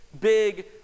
big